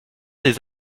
des